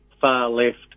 far-left